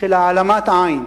של העלמת עין,